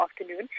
afternoon